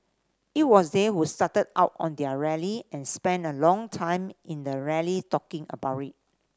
it was they who started out on their rally and spent a long time in the rally talking about it